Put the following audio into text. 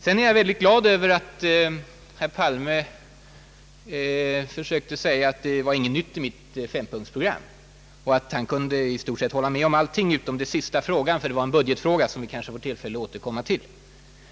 Sedan är jag mycket glad över att herr Palme försökte säga att det inte var något nytt i mitt fempunktsprogram, och att han i stort sett kunde hålla med om allting utom den sista frågan som var en budgetfråga, vilken vi kanske får tillfälle återkomma till.